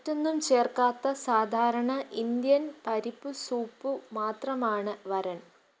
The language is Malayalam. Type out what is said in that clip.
മറ്റൊന്നും ചേർക്കാത്ത സാധാരണ ഇൻഡ്യൻ പരിപ്പ് സൂപ്പു മാത്രമാണ് വരൺ